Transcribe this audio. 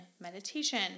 meditation